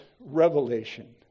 revelation